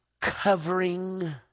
covering